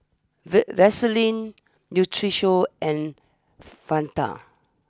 V Vaseline Nutrisoy and Fanta